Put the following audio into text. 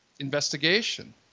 investigation